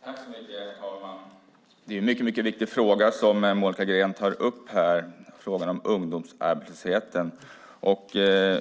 Herr talman! Det är en mycket viktig fråga som Monica Green tar upp här, frågan om ungdomsarbetslösheten.